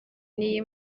n’iyi